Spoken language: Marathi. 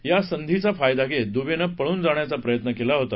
या संधीचा फायदा घेत दुबेनं पळून जाण्याचा प्रयत्न केला होता